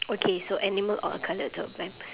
okay so animal or a colour to a blind person